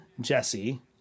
Jesse